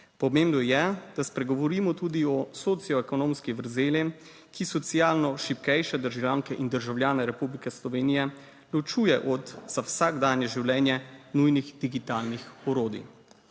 Pomembno je, da spregovorimo tudi o socioekonomski vrzeli, ki socialno šibkejše državljanke in državljane Republike Slovenije ločuje od za vsakdanje življenje nujnih digitalnih orodij.